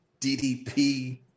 DDP